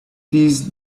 these